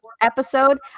episode